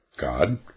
God